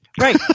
Right